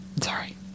Sorry